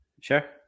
Sure